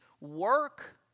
work